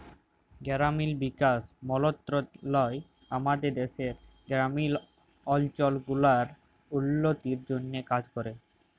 গেরামিল বিকাশ মলত্রলালয় আমাদের দ্যাশের গেরামিল অলচল গুলার উল্ল্য তির জ্যনহে কাজ ক্যরে